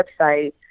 website